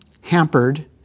hampered